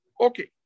Okay